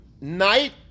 night